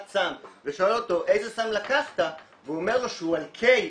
סם ושואל אותו "איזה סם לקחת" והוא אומר לו שהוא על K,